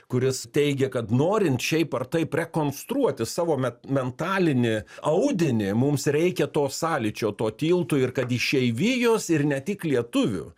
kuris teigė kad norint šiaip ar taip rekonstruoti savo me mentalinį audinį mums reikia to sąlyčio to tilto ir kad išeivijos ir ne tik lietuvių